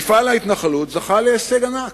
מפעל ההתנחלות זכה להישג ענק,